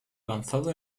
lanzado